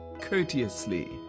courteously